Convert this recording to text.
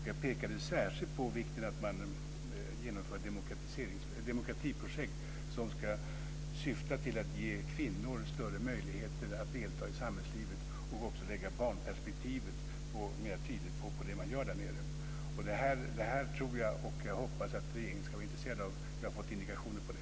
Jag pekade också på vikten av att man genomför demokratiprojekt som syftar till att ge kvinnor större möjligheter att delta i samhällslivet och också att man mer tydligt anlägger barnperspektivet på det man gör där nere. Det här tror och hoppas jag att regeringen ska vara intresserad av. Jag har fått indikationer på det.